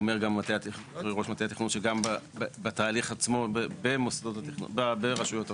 ואומר גם ראש מטה התכנון שגם בתהליך עצמו ברשויות הרישוי,